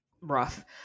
rough